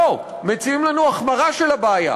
לא, מציעים לנו החמרה של הבעיה,